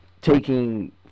taking